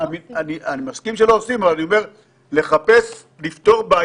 אלא לממש את הסוגיה